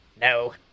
No